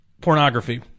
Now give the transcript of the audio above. pornography